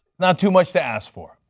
not too much to ask for.